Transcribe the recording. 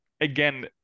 again